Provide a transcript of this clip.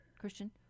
Christian